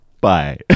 Bye